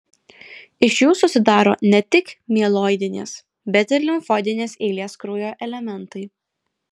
iš jų susidaro ne tik mieloidinės bet ir limfoidinės eilės kraujo elementai